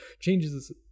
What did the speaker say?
changes